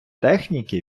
техніки